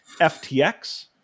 FTX